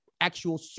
actual